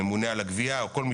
לממונה על הגבייה וכד',